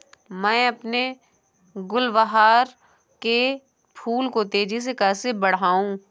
मैं अपने गुलवहार के फूल को तेजी से कैसे बढाऊं?